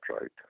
right